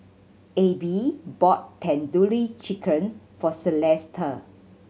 Abbie bought Tandoori Chickens for Celesta